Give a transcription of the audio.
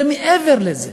זה מעבר לזה.